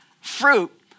fruit